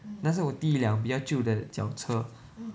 那是我第一辆比较旧的脚车